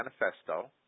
Manifesto